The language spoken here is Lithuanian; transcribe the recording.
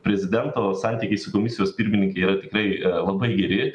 prezidento santykiai su komisijos pirmininke yra tikrai labai geri